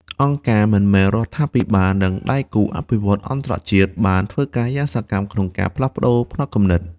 អង្គការមិនមែនរដ្ឋាភិបាល និងដៃគូអភិវឌ្ឍន៍អន្តរជាតិបានធ្វើការយ៉ាងសកម្មក្នុងការផ្លាស់ប្តូរផ្នត់គំនិត។